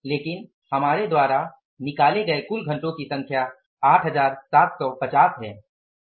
लेकिन यहाँ हमारे द्वारा निकाले गए कुल घंटों की संख्या 8750 है